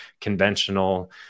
conventional